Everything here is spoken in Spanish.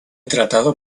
tratado